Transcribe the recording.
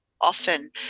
often